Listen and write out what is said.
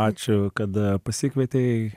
ačiū kad pasikvietei